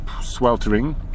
sweltering